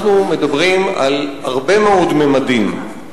אנחנו מדברים על הרבה מאוד ממדים.